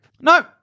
No